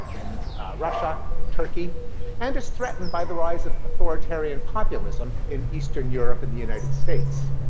in russia, in turkey and is threatened by the rise of authoritarian populism in eastern europe and the united states.